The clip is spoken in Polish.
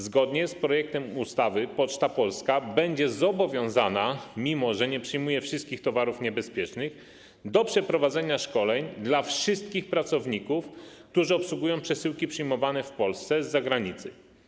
Zgodnie z projektem ustawy Poczta Polska będzie zobowiązana, mimo że nie przyjmuje wszystkich towarów niebezpiecznych, do przeprowadzenia szkoleń dla wszystkich pracowników, którzy obsługują przyjmowane w Polsce przesyłki z zagranicy.